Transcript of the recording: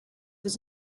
was